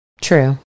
True